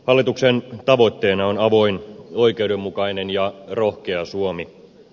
hallituksen tavoitteena on avoin oikeudenmukainen ja rohkea suomi